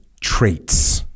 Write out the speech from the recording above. traits